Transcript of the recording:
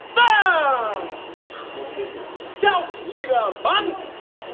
but what is it? scout leader bunce!